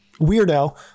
weirdo